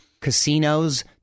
casinos